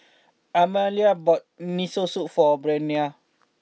Amalia bought Miso Soup for Breonna